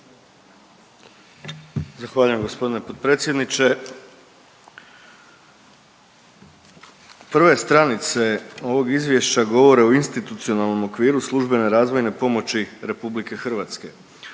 Zahvaljujem g. potpredsjedniče. Prve stranice ovog izvješća govore o institucionalnom okviru službene razvojne pomoći RH.